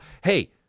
Hey